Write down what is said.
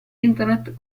internet